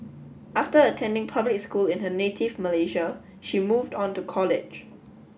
after attending public school in her native Malaysia she moved on to college